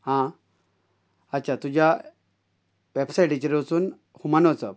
आं अच्छा तुज्या वेबसायटीचेर वचून होमान वचप